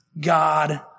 God